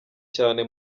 cyane